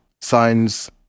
signs